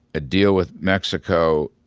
a deal with mexico